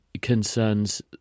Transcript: concerns